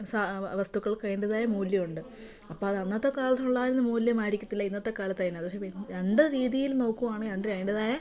സ വസ്തുക്കൾക്ക് അതിൻറ്റേതായ മൂല്യം ഉണ്ട് അപ്പം അത് അന്നത്തെ കാലത്ത് ഇണ്ടായിരുന്ന മൂല്യമായിരിക്കത്തില്ല ഇന്നത്തെ കാലത്ത് അതിന് പക്ഷെ രണ്ട് രീതിയിൽ നോക്കുവാണെൽ അതിന് അതിൻറ്റേതായ